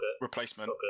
replacement